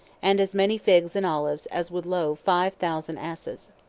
and as many figs and olives as would load five thousand asses.